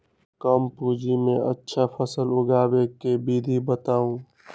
कम पूंजी में अच्छा फसल उगाबे के विधि बताउ?